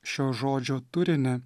šio žodžio turinį